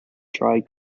dry